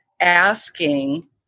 asking